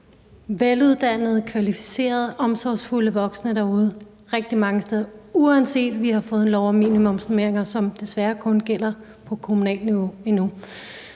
veluddannede, kvalificerede og omsorgsfulde voksne derude rigtig mange steder, uanset at vi har fået en lov om minimumsnormeringer, som desværre endnu kun gælder på kommunalt niveau.